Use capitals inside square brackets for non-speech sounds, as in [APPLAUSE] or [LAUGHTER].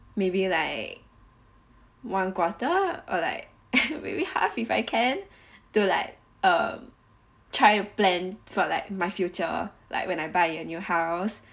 maybe like one quarter or like [LAUGHS] maybe half if I can [BREATH] do like um try to plan for like my future like when I buy a new house